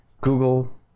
Google